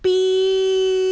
b